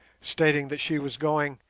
stating that she was going,